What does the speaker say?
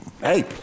hey